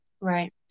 Right